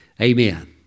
Amen